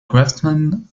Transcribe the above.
craftsman